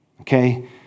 okay